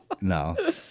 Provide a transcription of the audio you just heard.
No